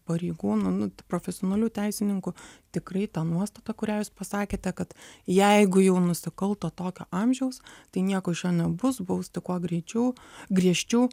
pareigūnų nu profesionalių teisininkų tikrai ta nuostata kurią jūs pasakėte kad jeigu jau nusikalto tokio amžiaus tai nieko iš jo nebus bausti kuo greičiau griežčiau